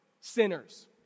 Sinners